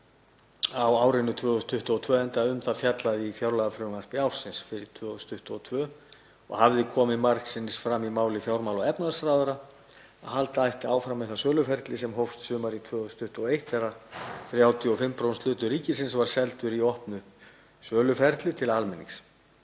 á árinu 2022, enda um það fjallað í fjárlagafrumvarpi ársins fyrir 2022 og það hafði komið margsinnis fram í máli fjármála- og efnahagsráðherra að halda ætti áfram með það söluferli sem hófst sumarið 2021 þegar 35% hlutur ríkisins var seldur í opnu söluferli til almennings.